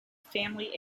family